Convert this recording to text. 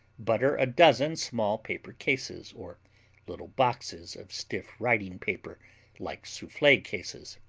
butter a dozen small paper cases, or little boxes of stiff writing paper like souffle cases.